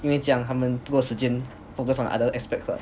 因为这样他们不够时间 focused on other aspects lah